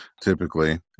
typically